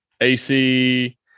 ac